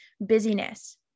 busyness